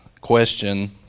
question